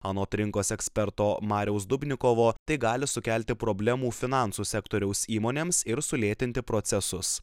anot rinkos eksperto mariaus dubnikovo tai gali sukelti problemų finansų sektoriaus įmonėms ir sulėtinti procesus